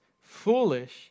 foolish